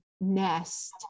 Nest